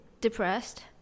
depressed